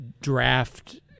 draft